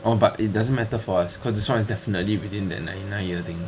oh but it doesn't matter for us cause it's definitely within that ninety nine year thing